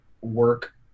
work